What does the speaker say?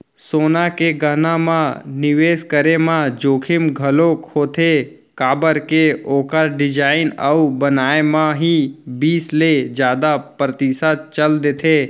सोना के गहना म निवेस करे म जोखिम घलोक होथे काबर के ओखर डिजाइन अउ बनाए म ही बीस ले जादा परतिसत चल देथे